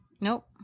nope